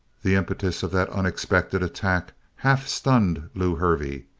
the impetus of that unexpected attack, half-stunned lew hervey.